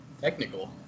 Technical